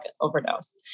overdose